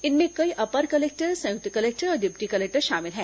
इनमें कई upper collector संयुक्त कलेक्टर और डिप्टी कलेक्टर शामिल हैं